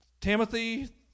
Timothy